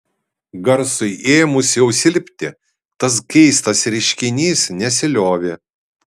garsui ėmus jau silpti tas keistas reiškinys nesiliovė